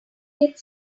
get